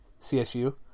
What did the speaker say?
CSU